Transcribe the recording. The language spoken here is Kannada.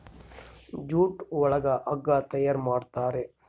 ಜೂಟ್ ಒಳಗ ಹಗ್ಗ ತಯಾರ್ ಮಾಡುತಾರೆ